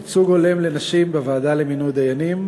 ייצוג הולם לנשים בוועדה למינוי דיינים),